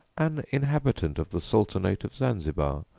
an inhabitant of the sultanate of zanzibar,